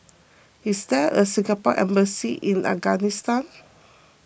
is there a Singapore Embassy in Afghanistan